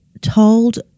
told